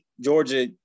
Georgia